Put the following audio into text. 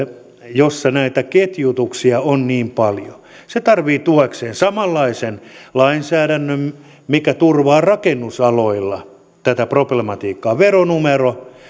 jossa näitä ketjutuksia on niin paljon tarvitsee tuekseen samanlaisen lainsäädännön kuin mikä turvaa rakennusalalla tätä problematiikkaa veronumeron